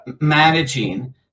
managing